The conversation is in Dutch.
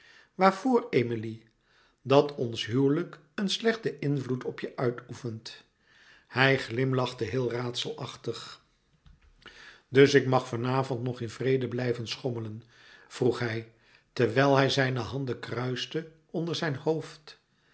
waarvoor emilie dat ons huwelijk een slechten invloed op je uitoefent hij glimlachte heel raadselachtig dus ik mag van avond nog in vrede blijven schommelen vroeg hij terwijl hij zijne handen kruiste onder zijn hoofd